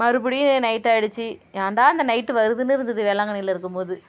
மறுபடியும் நைட்டாயிடிச்சு ஏன்டா இந்த நைட்டு வருதுன்னு இருந்துது வேளாங்கண்ணியில இருக்கும் போது